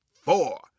four